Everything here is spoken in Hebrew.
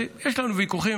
יש לנו ויכוחים,